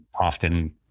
often